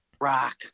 Rock